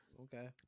Okay